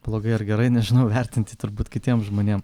blogai ar gerai nežinau vertinti turbūt kitiem žmonėm